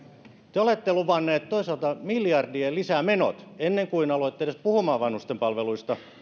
te olette luvanneet toisaalta miljardien lisämenot ennen kuin aloitte edes puhumaan vanhusten palveluista